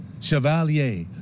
Chevalier